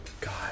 God